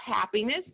happiness